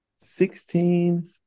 sixteen